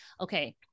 okay